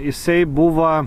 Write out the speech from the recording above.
jisai buvo